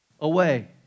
away